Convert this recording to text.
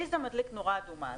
לי זה מדליק נורה אדומה.